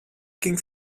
ging